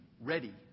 ready